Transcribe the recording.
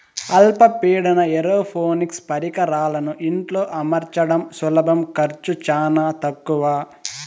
అల్ప పీడన ఏరోపోనిక్స్ పరికరాలను ఇంట్లో అమర్చడం సులభం ఖర్చు చానా తక్కవ